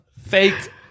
Fake